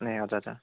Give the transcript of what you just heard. ए हजुर हजुर